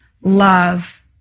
love